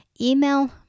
email